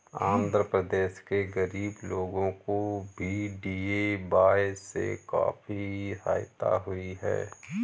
आंध्र प्रदेश के गरीब लोगों को भी डी.ए.वाय से काफी सहायता हुई है